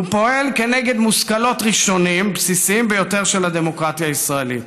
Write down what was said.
הוא פועל כנגד מושכלות ראשונים בסיסיים ביותר של הדמוקרטיה הישראלית.